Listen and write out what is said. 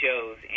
shows